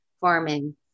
farming